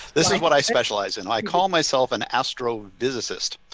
this is what i specialize in. i call myself an astrophysicist,